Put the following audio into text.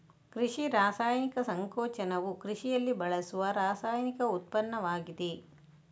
ಕೃಷಿ ರಾಸಾಯನಿಕ ಸಂಕೋಚನವು ಕೃಷಿಯಲ್ಲಿ ಬಳಸುವ ರಾಸಾಯನಿಕ ಉತ್ಪನ್ನವಾಗಿದೆ